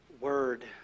word